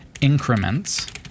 increments